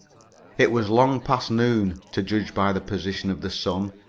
it was long past noon, to judge by the position of the sun,